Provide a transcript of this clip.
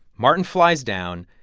martin flies down.